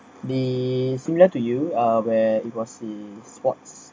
be similar to you uh where it was the sports